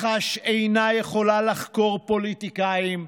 מח"ש אינה יכולה לחקור פוליטיקאים,